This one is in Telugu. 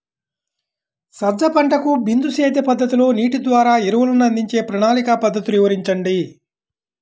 సజ్జ పంటకు బిందు సేద్య పద్ధతిలో నీటి ద్వారా ఎరువులను అందించే ప్రణాళిక పద్ధతులు వివరించండి?